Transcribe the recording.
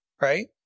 right